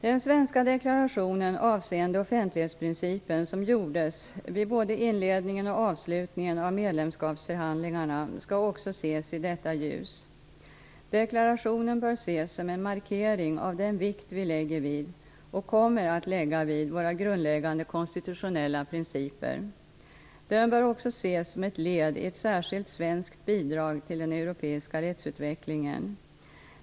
Den svenska deklarationen avseende offentlighetsprincipen som gjordes vid både inledningen och avslutningen av medlemskapsförhandlingarna skall också ses i detta ljus. Deklarationen bör ses som en markering av den vikt vi lägger och kommer att lägga vid våra grundläggande konstitutionella principer. Den bör också ses som ett led i ett särskilt svenskt bidrag till den europeiska rättsutvecklingen.